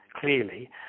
clearly